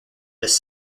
this